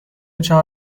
چهار